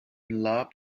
lab